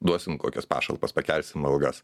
duosim kokias pašalpas pakelsim algas